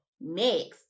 next